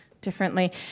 differently